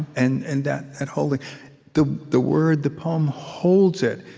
and and that and holding the the word, the poem, holds it,